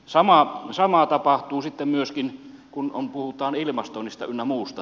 samaa tapahtuu sitten myöskin kun puhutaan ilmastoinnista ynnä muusta